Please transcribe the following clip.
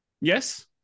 Yes